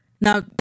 Now